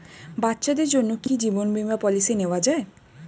বাচ্চাদের জন্য কি জীবন বীমা পলিসি নেওয়া যায়?